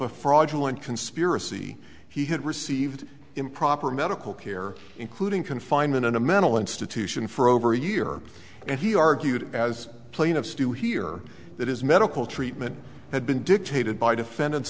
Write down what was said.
a fraudulent conspiracy he had received improper medical care including confinement in a mental institution for over a year and he argued as plain of still here that his medical treatment had been dictated by defendant